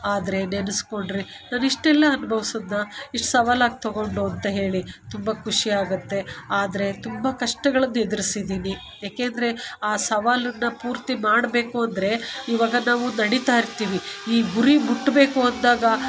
ಆದರೆ ನೆನಸ್ಕೊಂಡ್ರೆ ನಾನಿಷ್ಟೆಲ್ಲ ಅನ್ಭವಿಸಿದ್ನ ಇಷ್ಟು ಸವಾಲಾಗಿ ತಗೊಂಡು ಅಂತ ಹೇಳಿ ತುಂಬ ಖುಷಿ ಆಗುತ್ತೆ ಆದರೆ ತುಂಬ ಕಷ್ಟಗಳನ್ನು ಎದುರಿಸಿದ್ದೀನಿ ಯಾಕೆ ಅಂದರೆ ಆ ಸವಾಲನ್ನು ಪೂರ್ತಿ ಮಾಡಬೇಕು ಅಂದರೆ ಇವಾಗ ನಾವು ನಡೀತಾ ಇರ್ತೀವಿ ಈ ಗುರಿ ಮುಟ್ಟಬೇಕು ಅಂದಾಗ